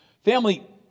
Family